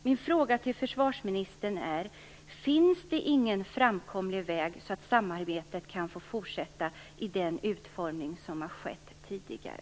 Min fråga till försvarsministern är: Finns det ingen framkomlig väg så att samarbetet kan få fortsätta i den utformning som gällt tidigare?